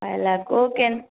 five lakh okay